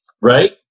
Right